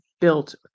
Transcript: built